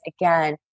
again